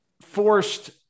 forced